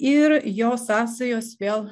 ir jo sąsajos vėl